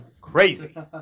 Crazy